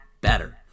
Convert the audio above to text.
better